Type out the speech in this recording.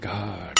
God